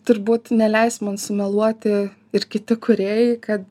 turbūt neleis man sumeluoti ir kiti kūrėjai kad